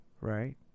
right